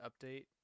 update